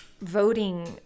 voting